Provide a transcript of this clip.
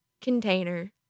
container